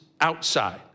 outside